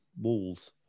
walls